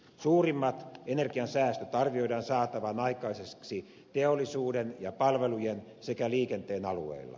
suurimmat energiansäästöt arvioidaan saatavan aikaiseksi teollisuuden ja palvelujen sekä liikenteen alueilla